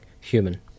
human